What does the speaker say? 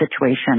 situation